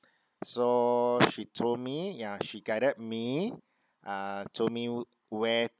so she told me yeah she guided me uh told me where